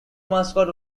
mascot